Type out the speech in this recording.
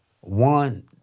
one